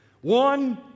One